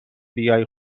بیای